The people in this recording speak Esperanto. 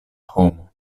homo